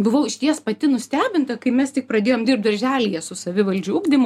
buvau išties pati nustebinta kai mes tik pradėjom dirbt darželyje su savivaldžiu ugdymu